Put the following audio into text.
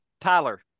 Tyler